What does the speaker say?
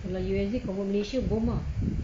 kalau U_S_D convert malaysia boom ah